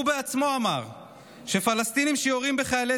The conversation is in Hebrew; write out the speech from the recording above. הוא בעצמו אמר שפלסטינים שיורים בחיילי